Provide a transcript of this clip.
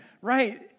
Right